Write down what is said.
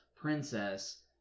princess